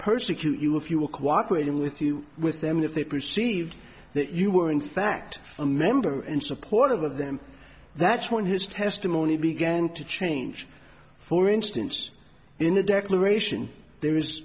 persecute you if you were cooperating with you with them if they perceived that you were in fact a member in support of them that's when his testimony began to change for instance in the declaration there is